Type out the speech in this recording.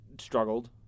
Struggled